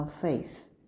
faith